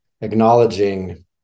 acknowledging